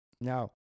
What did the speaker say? Now